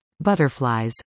Butterflies